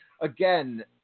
again